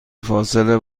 فاصله